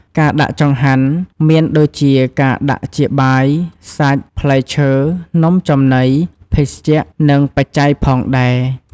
ការដាក់ចង្ហាន់មានដូចជាការដាក់ជាបាយ សាច់ ផ្លែឈើ នំចំណី ភេសជ្ជៈ និង បច្ច័យ ផងដែរ។